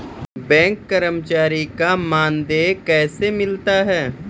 Bank कर्मचारी का मानदेय कैसे मिलता हैं?